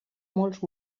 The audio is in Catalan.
molts